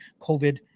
COVID